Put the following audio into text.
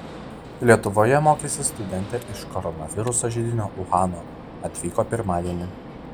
lietuvoje mokysis studentė iš koronaviruso židinio uhano atvyko pirmadienį